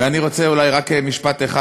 ואני רוצה אולי לומר רק משפט אחד,